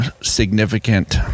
significant